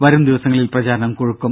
വരുംദിവസങ്ങളിൽ പ്രചാരണം കൊഴുക്കും